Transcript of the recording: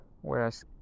whereas